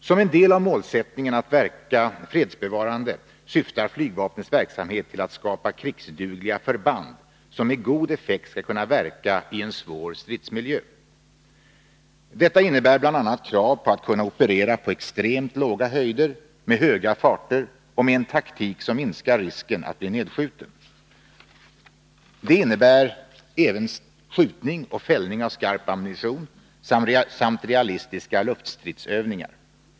Som en del av målsättningen att verka fredsbevarande syftar flygvapnets verksamhet till att skapa krigsdugliga förband som med god effekt skall kunna verka i en svår stridsmiljö. Detta innebär bl.a. krav på att kunna operera på extremt låga höjder med höga farter och med en taktik som minskar risken att bli nedskjuten. Det innebär även skjutning och fällning av skarp ammunition samt realistiska luftstridsövningar.